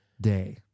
day